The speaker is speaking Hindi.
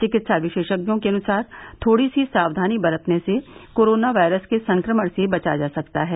चिकित्सा विशेषज्ञों के अनुसार थोड़ी सी सावधानी बरतने से कोरोना वायरस के संक्रमण से बचा जा सकता है